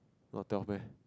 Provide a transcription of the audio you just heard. not tell meh